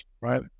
right